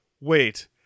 Wait